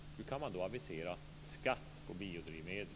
Hur kan man då avisera skatt på biodrivmedel?